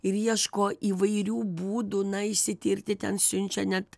ir ieško įvairių būdų na išsitirti ten siunčia net